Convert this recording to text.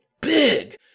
big